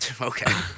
Okay